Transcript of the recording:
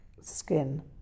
skin